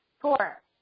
four